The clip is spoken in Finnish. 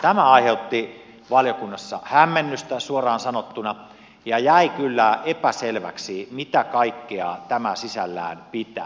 tämä aiheutti valiokunnassa hämmennystä suoraan sanottuna ja jäi kyllä epäselväksi mitä kaikkea tämä sisällään pitää